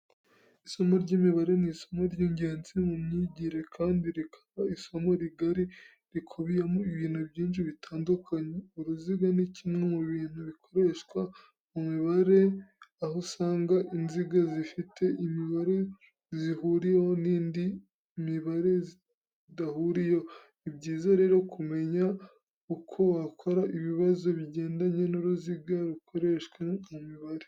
Isomo ry'imibare ni isomo ry'ingenzi mu myigire, kandi rikaba isomo rigari rikubiyemo ibintu byinshi bitandukanye. Uruziga ni kimwe mu bintu bikoreshwa mu mibare, aho usanga inziga zifite imibare zihuriyeho n'indi mibare zidahuriyeho. Ni byiza rero kumenya uko wakora ibibazo bigendanye n'uruziga rukoreshwa mu mibare.